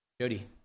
jody